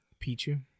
Pichu